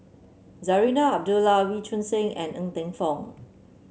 Zarinah Abdullah Wee Choon Seng and Ng Teng Fong